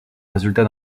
résultat